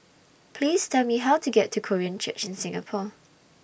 Please Tell Me How to get to Korean Church in Singapore